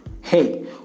Hey